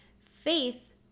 Faith